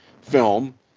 film